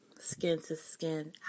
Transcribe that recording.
skin-to-skin